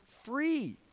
free